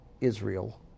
Israel